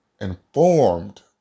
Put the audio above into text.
informed